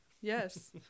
Yes